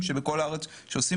שעה